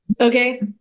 okay